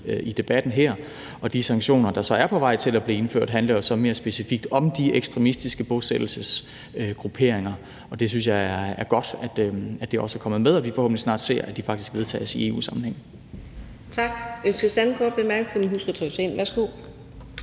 i debatten her, og de sanktioner, der så er på vej til at blive indført, handler jo så mere specifikt om de ekstremistiske bosættelsesgrupperinger. Jeg synes, det er godt, at det også er kommet med, og at vi forhåbentlig snart ser, at de faktisk vedtages i EU-sammenhæng. Kl. 17:46 Fjerde næstformand (Karina Adsbøl): Tak. Ønsker